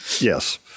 Yes